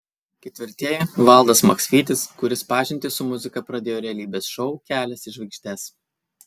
ketvirtieji valdas maksvytis kuris pažintį su muzika pradėjo realybės šou kelias į žvaigždes